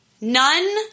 none